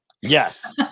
Yes